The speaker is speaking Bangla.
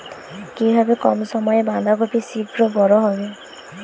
কিভাবে কম সময়ে বাঁধাকপি শিঘ্র বড় হবে?